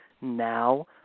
now –